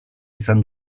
izan